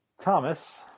Thomas